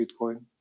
Bitcoin